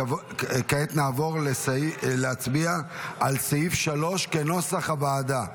כעת נעבור להצביע על סעיף 3 כנוסח הוועדה.